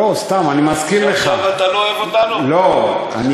לא, סתם.